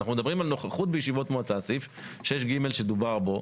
סעיף 6(ג) שדובר בו,